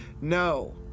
No